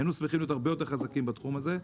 היינו שמחים להיות הרבה יותר חזקים בתחום הזה.